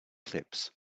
clips